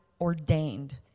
ordained